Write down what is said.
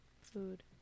Food